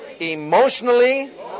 emotionally